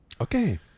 Okay